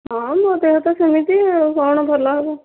ହଁ ମୋ ଦେହ ତ ସେମିତି ଆଉ କ'ଣ ଭଲ ହେବ